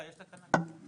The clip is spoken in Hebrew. כתוב.